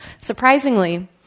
surprisingly